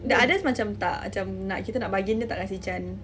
the others macam tak macam nak kita nak bargain dia tak kasi chance